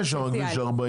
יש שם את כביש 40,